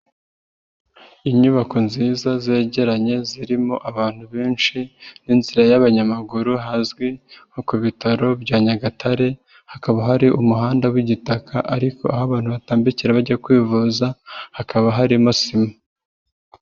Inyubako nziza zegeranye zirimo abantu benshi n'inzira y'abanyamaguru hazwi nko ku bitaro bya Nyagatare, hakaba hari umuhanda w'igitaka ariko aho abantu batambikira bajya kwivuza hakaba harimo sima.